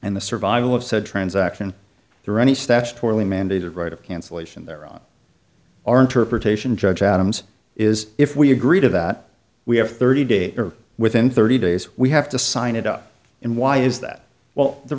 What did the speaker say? and the survival of said transaction there any statutorily mandated right of cancellation there on our interpretation judge adams is if we agree to that we have thirty days or within thirty days we have to sign it up in why is that well the